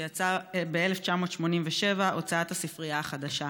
שיצא ב-1987 בהוצאת הספרייה החדשה.